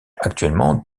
actuellement